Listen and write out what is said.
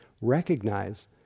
recognize